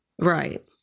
right